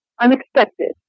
unexpected